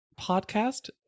podcast